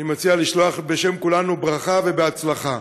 אני מציע לשלוח בשם כולנו ברכה ובהצלחה.